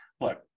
look